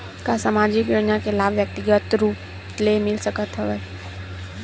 का सामाजिक योजना के लाभ व्यक्तिगत रूप ले मिल सकत हवय?